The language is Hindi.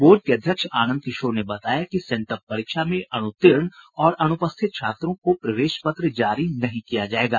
बोर्ड के अध्यक्ष आनंद किशोर ने बताया कि सेंटअप परीक्षा में अनुतीर्ण और अनुपस्थित छात्रों को प्रवेश पत्र जारी नहीं किया जायेगा